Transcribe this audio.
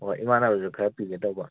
ꯍꯣꯏ ꯏꯃꯥꯟꯅꯕꯗꯁꯨ ꯈꯔ ꯄꯤꯒꯦ ꯇꯧꯕ